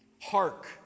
Hark